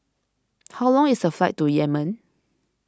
how long is the flight to Yemen